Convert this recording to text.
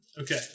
Okay